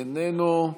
איננו,